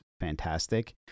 fantastic